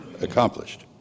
accomplished